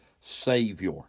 Savior